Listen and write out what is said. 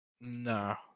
no